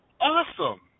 awesome